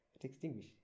extinguish